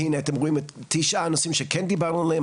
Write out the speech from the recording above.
והנה אתם רואים את תשעת הנושאים שכן דיברנו עליהם,